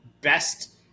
best